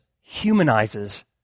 humanizes